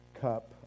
cup